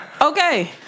Okay